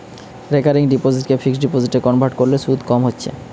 recurring ডিপোসিটকে fixed ডিপোজিটে convert কোরলে শুধ কম হচ্ছে